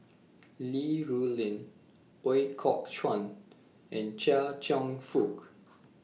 Li Rulin Ooi Kok Chuen and Chia Cheong Fook